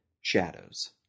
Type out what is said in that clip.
shadows